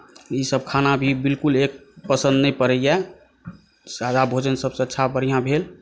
ई सभ खाना भी बिल्कुल एक नहि पसन्द यऽ सादा भोजन सभसँ अच्छा बढ़िऑं भेल